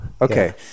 Okay